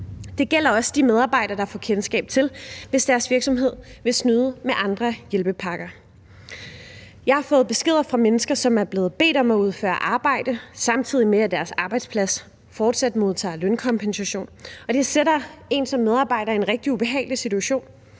Det gælder også de medarbejdere, der får kendskab til, at deres virksomhed vil snyde med andre hjælpepakker. Jeg har fået beskeder fra mennesker, som er blevet bedt om at udføre arbejde, samtidig med at deres arbejdsplads fortsat modtager lønkompensation, og det sætter en medarbejder i en rigtig ubehagelig situation.